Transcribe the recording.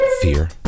fear